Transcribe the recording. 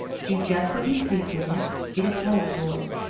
do just what you please with it it is wholly yours.